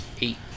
eight